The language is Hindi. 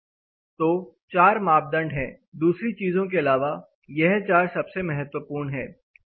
तो 4 मापदंड है दूसरी चीजों के अलावा यह चार सबसे महत्वपूर्ण है